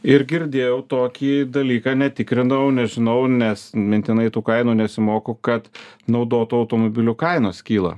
ir girdėjau tokį dalyką netikrinau nežinau nes mintinai tų kainų nesimoko kad naudotų automobilių kainos kyla